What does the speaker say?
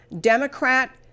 Democrat